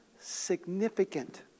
significant